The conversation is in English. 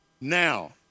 Now